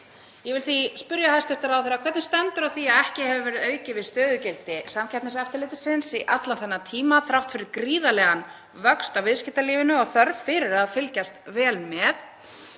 Ég vil því spyrja hæstv. ráðherra: Hvernig stendur á því að ekki hefur verið aukið við stöðugildi Samkeppniseftirlitsins í allan þennan tíma þrátt fyrir gríðarlegan vöxt í viðskiptalífinu og þörf fyrir að fylgjast vel með?